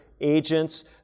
agents